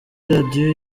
radiyo